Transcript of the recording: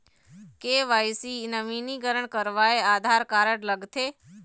KYC नवीनीकरण करवाये Aadhaar card लगथे?